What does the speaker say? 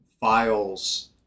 files